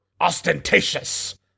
ostentatious